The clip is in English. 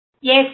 Yes